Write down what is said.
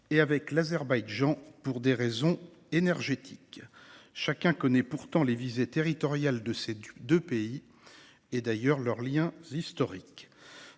et avec l’Azerbaïdjan, pour des raisons énergétiques. Chacun connaît pourtant les visées territoriales de ces deux pays et les liens historiques